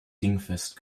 dingfest